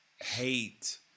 hate